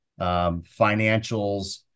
financials